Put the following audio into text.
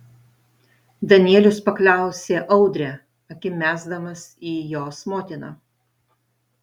danielius paklausė audrę akim mesdamas į jos motiną